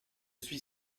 suis